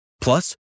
Plus